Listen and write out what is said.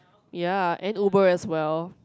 ya and Uber as well